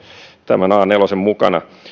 tämän a nelosen mukana